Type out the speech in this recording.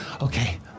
Okay